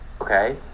Okay